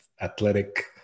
athletic